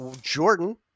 Jordan